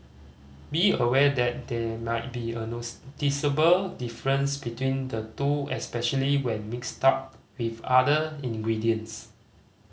be aware that there might be a noticeable difference between the two especially when mixed up with other ingredients